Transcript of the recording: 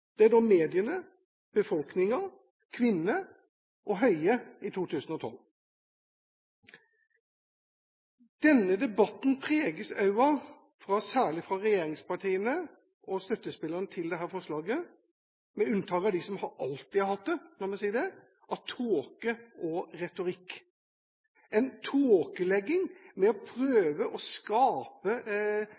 Det er mediene, befolkningen, kvinnene – og Høie i 2012. Denne debatten preges også, særlig fra regjeringspartiene og støttespillerne til dette forslaget – med unntak av dem som alltid har hatt det, la meg si det – av tåke og retorikk, en tåkelegging av dette med reservasjonsrett og reservasjonsmulighet, og de prøver å